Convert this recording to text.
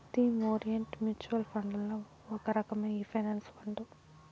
theme orient mutual ఫండ్లల్ల ఒక రకమే ఈ పెన్సన్ ఫండు